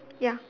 ya